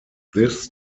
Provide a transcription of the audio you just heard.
this